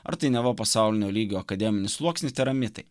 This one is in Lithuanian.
ar tai neva pasaulinio lygio akademinių sluoksnių tėra mitai